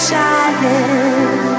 Shining